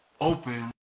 open